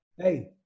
Hey